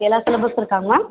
எல்லா சிலபஸ்ஸும் இருக்காங்க மேம்